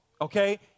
okay